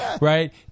Right